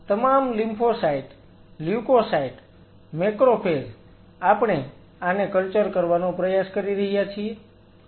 આ તમામ lymphocytes leukocytes macrophage આપણે આને કલ્ચર કરવાનો પ્રયાસ કરી રહ્યા છીએ